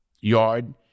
yard